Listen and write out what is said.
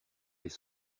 des